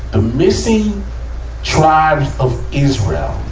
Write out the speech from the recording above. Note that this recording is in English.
ah missing tribes of israel.